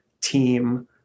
team